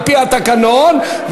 על-פי התקנון,